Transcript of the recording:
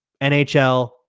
NHL